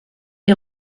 est